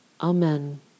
Amen